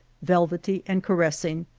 velvety and caressing,